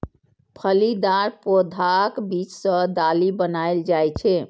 फलीदार पौधाक बीज सं दालि बनाएल जाइ छै